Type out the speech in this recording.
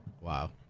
Wow